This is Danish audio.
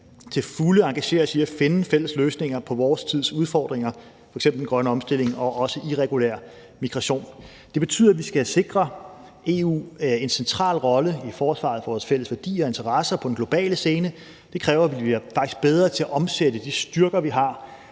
til fulde skal engagere os i at finde fælles løsninger på vores tids udfordringer, f.eks. i forhold til den grønne omstilling og også den irregulære migration. Det betyder, at vi skal sikre EU en central rolle i forsvaret af vores fælles værdier og interesser på den globale scene. Det kræver, at vi faktisk bliver bedre til at omsætte de styrker, vi har